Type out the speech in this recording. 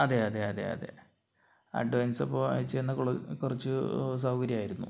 അതെ അതെ അതെ അതെ അഡ്വാൻസ് ഇപ്പോൾ അയച്ചു തന്നാൽ കുറച്ചു സൗകര്യമായിരുന്നു